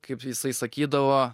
kaip jisai sakydavo